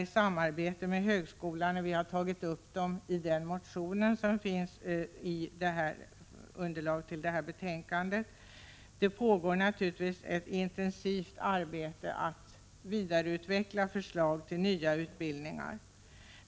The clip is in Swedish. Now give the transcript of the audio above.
Vi har tagit upp dessa förslag i den motion som finns i underlaget till detta betänkande. Det pågår naturligtvis ett intensivt arbete för att vidareutveckla förslag till nya utbildningar.